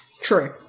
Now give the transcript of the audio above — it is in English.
True